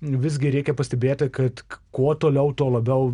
visgi reikia pastebėti kad kuo toliau tuo labiau